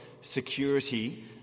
security